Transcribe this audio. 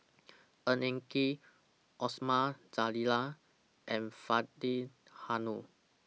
Ng Eng Kee Osman Zailani and Faridah Hanum